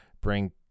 bring